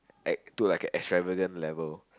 act to act like extravagant level